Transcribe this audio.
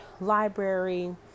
library